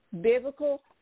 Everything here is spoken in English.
biblical